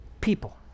People